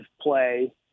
play